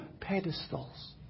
pedestals